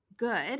Good